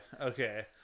okay